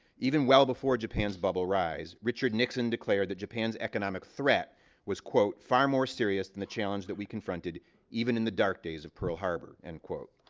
even well before japan's bubble rise, richard nixon declared that japan's economic threat was, quote, far more serious than the challenge that we confronted even in the dark days of pearl harbor. end quote.